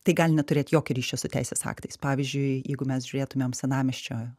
tai gali neturėt jokio ryšio su teisės aktais pavyzdžiui jeigu mes žiūrėtumėm senamiesčio